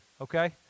okay